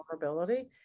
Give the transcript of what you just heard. vulnerability